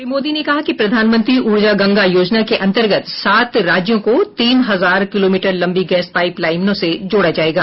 श्री मोदी ने कहा कि प्रधानमंत्री ऊर्जा गंगा योजना के अंतर्गत सात राज्यों को तीन हजार किलोमीटर लंबी गैस पाइप लाइनों से जोड़ा जाएगा